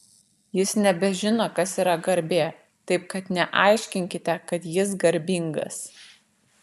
jis nebežino kas yra garbė taip kad neaiškinkite kad jis garbingas